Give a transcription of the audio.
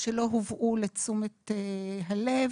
שלא הובאו לתשומת הלב.